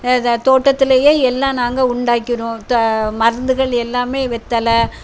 அதை தோட்டத்துலேயே எல்லாம் நாங்கள் உண்டாகிறோம் த மருந்துகள் எல்லாம் வெத்தலை